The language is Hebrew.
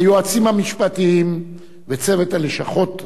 היועצים המשפטיים וצוות הלשכות המשפטיות,